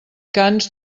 cants